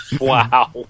Wow